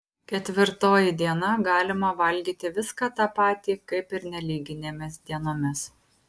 ketvirtoji diena galima valgyti viską tą patį kaip ir nelyginėmis dienomis